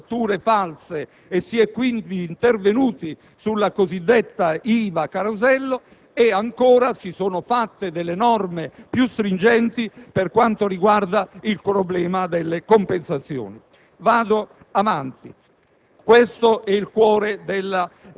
che non producono se non fatture false. Si è quindi intervenuti sulla cosiddetta IVA carosello e, ancora, sono state previste delle norme più stringenti per quanto riguarda il problema delle compensazioni. Questo